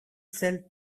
sell